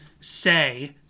say